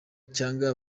cyangwa